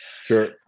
Sure